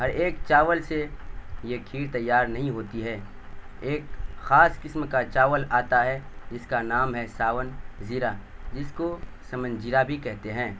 ہر ایک چاول سے یہ کھیر تیار نہیں ہوتی ہے ایک خاص قسم کا چاول آتا ہے جس کا نام ہے ساون زیرا جس کو سمن جیرا بھی کہتے ہیں